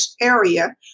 area